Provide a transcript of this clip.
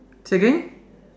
say again